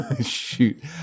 shoot